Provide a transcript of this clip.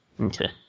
Okay